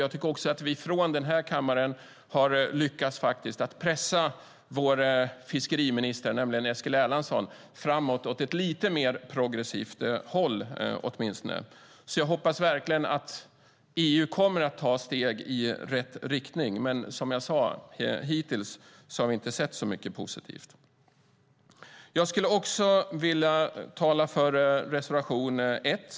Jag tycker också att vi i den här kammaren har lyckats pressa vår fiskeriminister Eskil Erlandsson framåt åt ett lite mer progressivt håll. Jag hoppas verkligen att EU kommer att ta steg i rätt riktning, men som jag sade har vi inte sett så mycket positivt hittills. Jag skulle också vilja säga något om reservation 1.